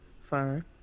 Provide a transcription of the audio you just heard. Fine